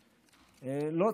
לא,